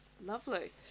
Lovely